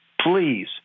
Please